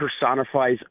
personifies